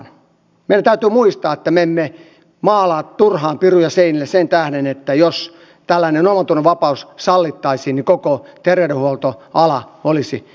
meidän täytyy muistaa että me emme maalaa turhaan sellaisia piruja seinille että jos tällainen omantunnonvapaus sallittaisiin niin koko terveydenhuoltoala olisi kriisissä